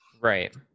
Right